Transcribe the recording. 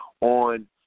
on